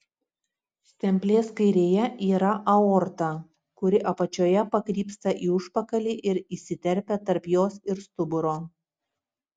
stemplės kairėje yra aorta kuri apačioje pakrypsta į užpakalį ir įsiterpia tarp jos ir stuburo